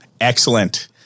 Excellent